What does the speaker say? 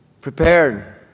Prepared